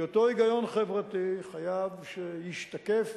כי אותו היגיון חברתי חייב להשתקף